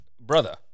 brother